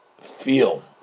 feel